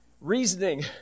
Reasoning